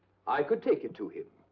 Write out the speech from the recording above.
i could take it to him.